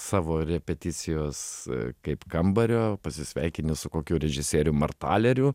savo repeticijos kaip kambario pasisveikini su kokiu režisierium ar taleriu